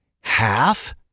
Half